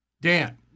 Dan